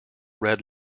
red